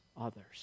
others